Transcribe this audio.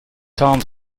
arms